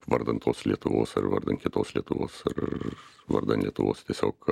vardan tos lietuvos ar vardan kitos lietuvos ar vardan lietuvos tiesiog